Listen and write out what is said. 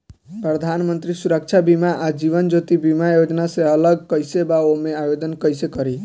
प्रधानमंत्री सुरक्षा बीमा आ जीवन ज्योति बीमा योजना से अलग कईसे बा ओमे आवदेन कईसे करी?